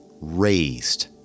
raised